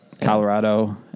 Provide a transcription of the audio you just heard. colorado